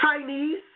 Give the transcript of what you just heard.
Chinese